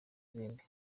izindi